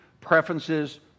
preferences